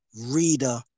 reader